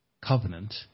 covenant